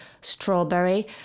strawberry